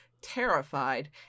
terrified